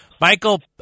michael